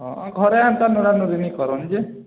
ହଁ ଘରେ ଏନ୍ତା ନୁରା ନୁରି ନେଇଁ କରନ୍ ଯେ